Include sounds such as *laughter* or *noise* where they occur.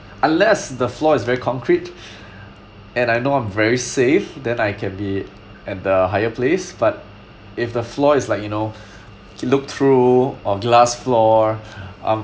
unless the floor is very concrete and I know I'm very safe then I can be at the higher place but if the floor is like you know *breath* look through or glass floor *breath* I'm